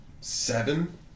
seven